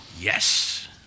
yes